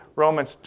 Romans